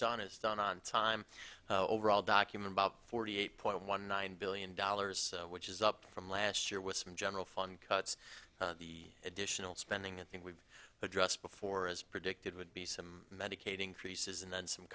done is done on time overall document about forty eight point one nine billion dollars which is up from last year with some general fund cuts the additional spending and we've addressed before as predicted would be some medicaid increases and then some